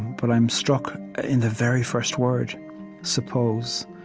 but i am struck in the very first word suppose.